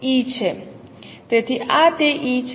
તેથી આ તે E છે